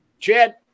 Chad